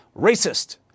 racist